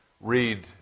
read